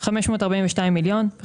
542 מיליון,